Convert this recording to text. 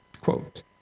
Quote